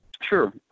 Sure